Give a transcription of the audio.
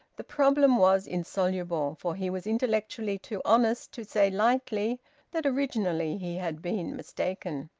the problem was insoluble, for he was intellectually too honest to say lightly that originally he had been mistaken.